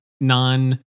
non